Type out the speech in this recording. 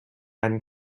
and